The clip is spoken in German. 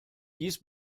dies